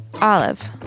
Olive